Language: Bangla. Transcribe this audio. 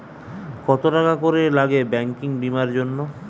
কত টাকা করে লাগে ব্যাঙ্কিং বিমার জন্য?